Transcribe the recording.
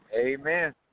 Amen